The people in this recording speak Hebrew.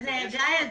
גיא,